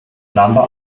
number